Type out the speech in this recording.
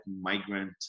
migrant